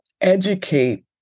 educate